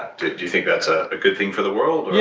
do you think that's a good thing for the world? yeah